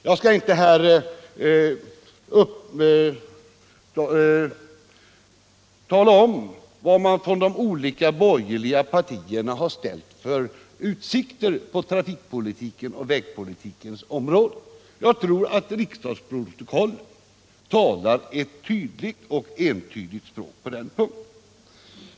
Jag skall här inte tala om vad de olika borgerliga partierna ställt i utsikt på trafikpolitikens och vägpolitikens område. Riksdagsprotokollen talar ett entydigt och tydligt språk på den punkten.